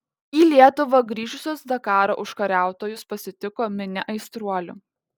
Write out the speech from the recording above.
į lietuvą grįžusius dakaro užkariautojus pasitiko minia aistruolių